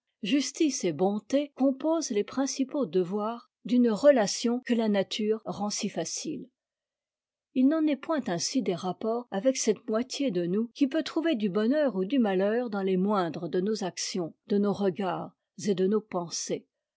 justice et bonté composent les principaux devoirs d'une relation que la nature rend si facile il n'en est point ainsi des rapports avec cette moitié de nous qui peut trouver du bonheur ou du malheur dans les moindres de nos actions de nos regards et de nos pensées